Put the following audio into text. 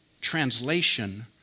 translation